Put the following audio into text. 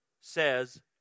says